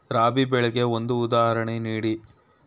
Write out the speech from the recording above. ರಾಬಿ ಬೆಳೆಗೆ ಒಂದು ಉದಾಹರಣೆ ನೀಡಿ